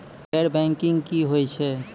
गैर बैंकिंग की होय छै?